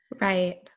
Right